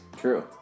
True